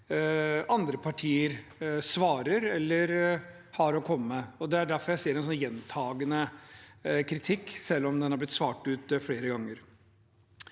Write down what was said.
andre partier svarer, eller har å komme med. Det er derfor jeg ser en gjentakende kritikk, selv om den har blitt svart ut flere ganger.